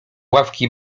ławki